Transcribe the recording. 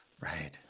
Right